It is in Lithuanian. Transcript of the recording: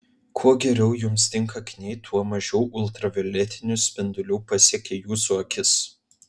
kuo geriau jums tinka akiniai tuo mažiau ultravioletinių spindulių pasiekia jūsų akis